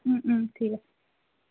ঠিক আছে